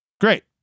Great